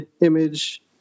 image